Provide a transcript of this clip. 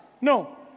No